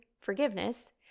forgiveness